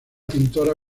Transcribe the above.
pintora